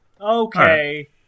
okay